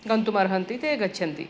गन्तुमर्हन्ति ते गच्छन्ति